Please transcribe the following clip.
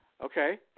Okay